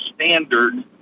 standard